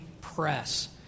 press